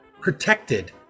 protected